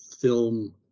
film